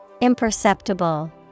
Imperceptible